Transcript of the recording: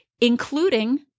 including